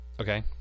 Okay